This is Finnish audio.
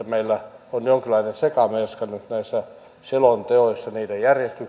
meillä on jonkinlainen sekamelska nyt näissä selonteoissa niiden järjestyksissä